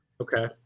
Okay